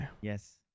Yes